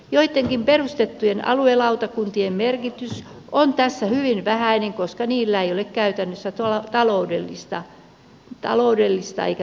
joittenkin perustettujen aluelautakuntien merkitys on tässä hyvin vähäinen koska niillä ei ole käytännössä taloudellista valtaa eikä päätäntävaltaa